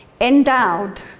endowed